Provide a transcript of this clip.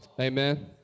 Amen